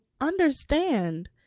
understand